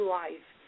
life